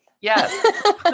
Yes